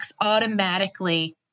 automatically